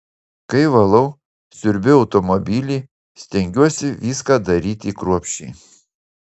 kai valau siurbiu automobilį stengiuosi viską daryti kruopščiai